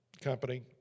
company